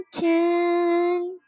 tune